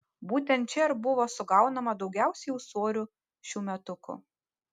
būtent čia ir buvo sugaunama daugiausiai ūsorių šiųmetukų